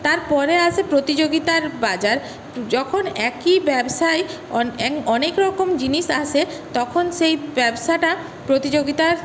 তার পরে আসে প্রতিযোগিতার বাজার যখন একই ব্যবসায় অন এক অনেক রকম জিনিস আসে তখন সেই ব্যবসাটা প্রতিযোগিতার